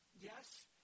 Yes